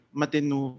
matinu